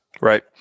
right